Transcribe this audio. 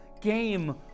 game